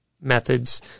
methods